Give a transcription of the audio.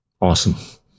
awesome